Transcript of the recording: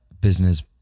business